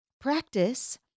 practice